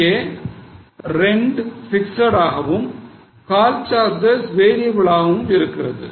இங்கே rent fixed ஆகவும் call charges variable ஆகவும் இருக்கிறது